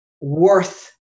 worth